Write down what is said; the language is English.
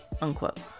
Unquote